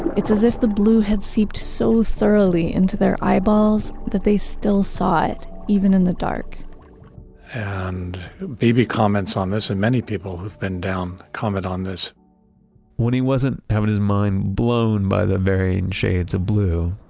it's as if the blue had seeped so thoroughly into their eyeballs that they still saw it. even in the dark and beebe comments on this and many people who've been down comment on this when he wasn't having his mind blown by the varying shades of blue,